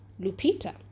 Lupita